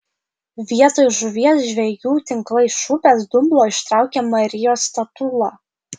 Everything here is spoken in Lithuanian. vietoj žuvies žvejų tinklai iš upės dumblo ištraukė marijos statulą